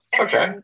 okay